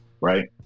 right